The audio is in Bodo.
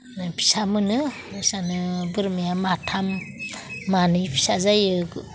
फिसा मोनो इबायसानो बोरमाया माथाम मानै फिसा जायो